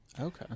Okay